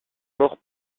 morts